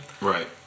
right